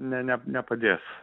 ne ne nepadės